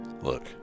look